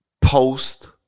post